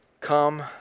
Come